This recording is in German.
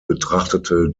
betrachtete